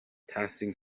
تحسین